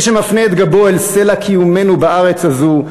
מי שמפנה את גבו אל סלע קיומנו בארץ הזו,